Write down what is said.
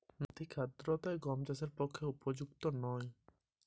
অধিক আর্দ্রতা কি গম চাষের পক্ষে উপযুক্ত?